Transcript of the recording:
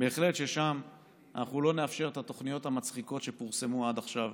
בהחלט לא נאפשר שם את התוכניות המצחיקות שפורסמו עד עכשיו,